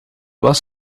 was